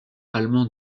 allemand